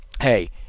hey